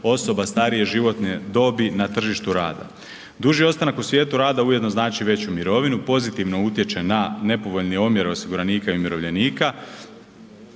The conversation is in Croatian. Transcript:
osoba starije životne dobi na tržištu rada. Duži ostanak u svijetu rada ujedno znači i veću mirovinu, pozitivno utječe na nepovoljni omjer osiguranika i umirovljenika